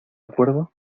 acuerdo